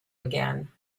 again